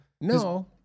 No